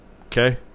Okay